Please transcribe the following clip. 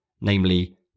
namely